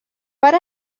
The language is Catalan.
per